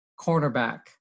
cornerback